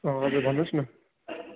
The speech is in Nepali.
हजुर भन्नु होस् न